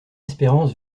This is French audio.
espérance